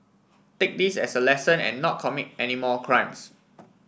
take this as a lesson and not commit any more crimes